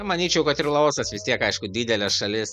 manyčiau kad ir laosas vis tiek aišku didelė šalis